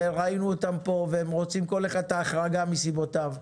וראינו אותם כאן והם רוצים כל אחד את ההחרגה מסיבותיו.